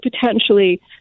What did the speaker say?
potentially